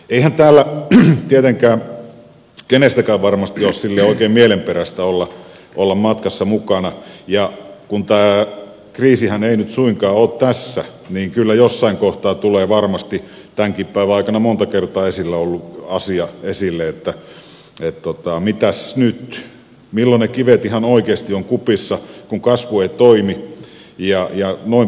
eihän täällä tietenkään kenestäkään varmasti ole silleen oikein mielenperäistä olla matkassa mukana ja kun tämä kriisihän ei nyt suinkaan ole tässä niin kyllä jossain kohtaa tulee varmasti tämänkin päivän aikana monta kertaa esillä ollut asia esille että mitäs nyt milloin ne kivet ihan oikeasti ovat kupissa kun kasvu ei toimi jnp